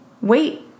wait